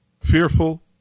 fearful